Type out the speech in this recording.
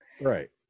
Right